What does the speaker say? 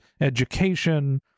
education